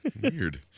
Weird